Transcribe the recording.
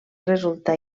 resultà